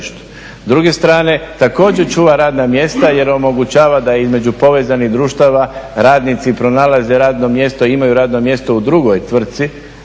S druge strane također čuva radna mjesta jer omogućava da između povezanih društava radnici pronalaze radno mjesto i imaju radno mjesto u drugoj tvrtci